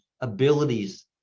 abilities